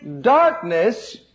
darkness